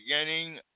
beginning